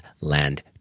land